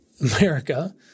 America